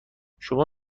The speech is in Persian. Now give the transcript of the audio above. شما